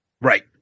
Right